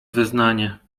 wyznanie